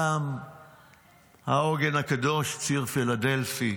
פעם העוגן הקדוש, ציר פילדלפי,